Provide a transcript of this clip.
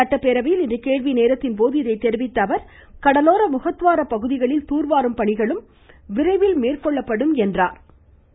சட்டப்பேரவையில் இன்று கேள்வி நேரத்தின்போது இதனை தெரிவித்த அவர் கடலோர முகத்துவரா பகுதிகளில் தூர் வாரும் பணிகளும் விரைவில் மேற்கொள்ளப்படும் என்றாா்